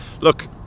Look